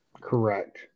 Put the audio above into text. Correct